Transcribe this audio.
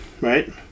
right